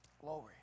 Glory